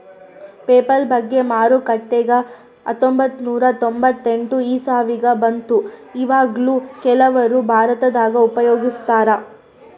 PayPal ಬಗ್ಗೆ ಮಾರುಕಟ್ಟೆಗ ಹತ್ತೊಂಭತ್ತು ನೂರ ತೊಂಬತ್ತೆಂಟನೇ ಇಸವಿಗ ಬಂತು ಈವಗ್ಲೂ ಕೆಲವರು ಭಾರತದಗ ಉಪಯೋಗಿಸ್ತರಾ